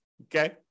Okay